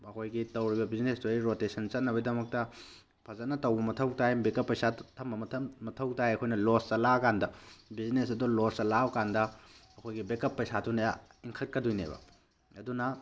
ꯑꯩꯈꯣꯏꯒꯤ ꯇꯧꯔꯤꯕ ꯕꯤꯖꯤꯅꯦꯁꯇꯨꯒꯤ ꯔꯣꯇꯦꯁꯟ ꯆꯠꯅꯕꯩꯗꯃꯛꯇ ꯐꯖꯅ ꯇꯧꯕ ꯃꯊꯧ ꯇꯥꯏ ꯕꯦꯛꯀꯞ ꯄꯩꯁꯥ ꯊꯝꯕ ꯃꯊꯧ ꯇꯥꯏ ꯑꯩꯈꯣꯏꯅ ꯂꯣꯁ ꯆꯠꯂꯛꯑꯀꯥꯟꯗ ꯕꯤꯖꯤꯅꯦꯁ ꯑꯗꯣ ꯂꯣꯁ ꯆꯠꯂꯕꯀꯥꯟꯗ ꯑꯩꯈꯣꯏꯒꯤ ꯕꯦꯛꯀꯞ ꯄꯩꯁꯥꯗꯨꯅ ꯏꯟꯈꯠꯀꯗꯣꯏꯅꯦꯕ ꯑꯗꯨꯅ